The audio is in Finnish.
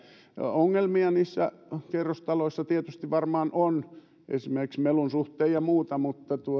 ongelmia niissä kerrostaloissa tietysti varmaan on esimerkiksi melun suhteen ja muuta mutta